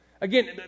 Again